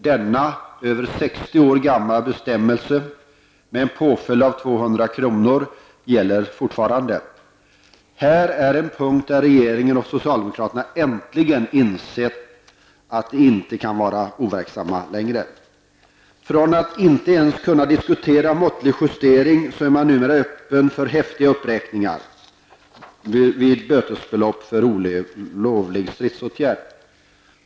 Denna över 60 år gamla bestämmelse om en påföljd av 200 kr. gäller fortfarande. Här är en fråga där regeringen och socialdemokraterna äntligen insett att de inte längre kan vara overksamma. Från att inte ens ha kunnat diskutera en måttlig justering, är man numera öppen för häftiga uppräkningar av bötesbeloppen för olovlig stridsåtgärd.